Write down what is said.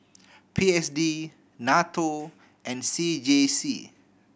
P S D NATO and C J C